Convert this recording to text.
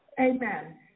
Amen